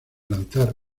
lanzar